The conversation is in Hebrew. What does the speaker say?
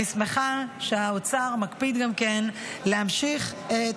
אני שמחה שהאוצר מקפיד גם כן להמשיך את